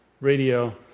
radio